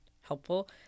helpful